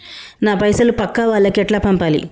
నా పైసలు పక్కా వాళ్లకి ఎట్లా పంపాలి?